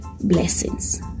Blessings